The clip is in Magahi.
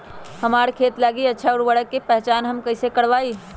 हमार खेत लागी अच्छा उर्वरक के पहचान हम कैसे करवाई?